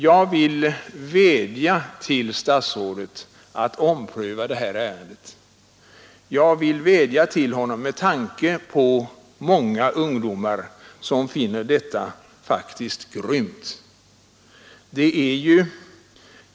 Jag vill vädja till statsrådet att ompröva detta ärende med tanke på att många ungdomar faktiskt finner det grymt med den nuvarande ordningen.